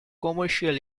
commercial